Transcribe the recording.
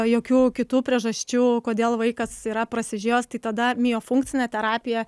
jokių kitų priežasčių kodėl vaikas yra prasižiojęs tai tada jo funkcinė terapija